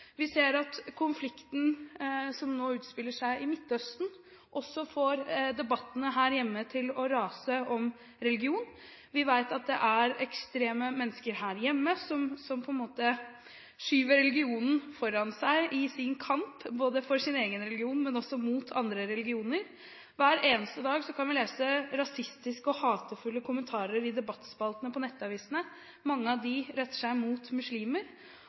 Vi ser at konflikten, som nå utspiller seg i Midtøsten, også får debattene om religion her hjemme til å rase. Vi vet at det er ekstreme mennesker her hjemme som skyver religionen foran seg i sin kamp – både for sin egen religion og mot andre religioner. Hver eneste dag kan vi lese rasistiske og hatefulle kommentarer i debattspaltene på nettavisene. Mange av dem retter seg mot muslimer.